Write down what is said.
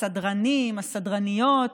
הסדרנים והסדרניות,